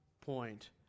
point